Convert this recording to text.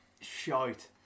shite